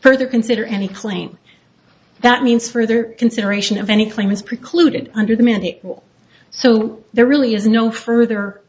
further consider any claim that means further consideration of any claim is precluded under the many so there really is no further